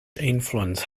influence